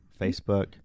Facebook